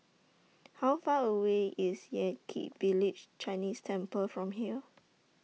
How Far away IS Yan Kit Village Chinese Temple from here